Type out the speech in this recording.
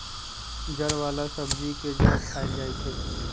जड़ वाला सब्जी के जड़ खाएल जाई छई